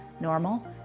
normal